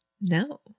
No